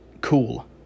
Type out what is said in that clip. cool